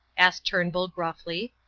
asked turnbull gruffly.